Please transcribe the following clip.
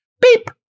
beep